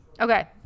okay